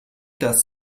das